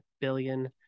billion